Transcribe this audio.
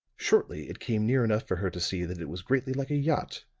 shortly it came near enough for her to see that it was greatly like a yacht,